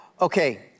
Okay